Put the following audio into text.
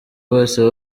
bose